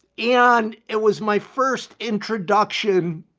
and it was my first introduction